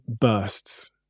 bursts